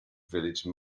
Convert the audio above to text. village